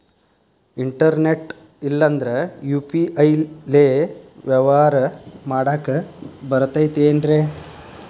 Internet ಇಲ್ಲಂದ್ರ UPI ಲೇ ವ್ಯವಹಾರ ಮಾಡಾಕ ಬರತೈತೇನ್ರೇ?